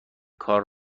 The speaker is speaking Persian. کار